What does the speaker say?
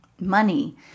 money